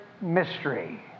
mystery